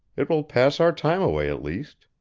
it will pass our time away, at least.